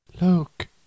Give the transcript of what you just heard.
look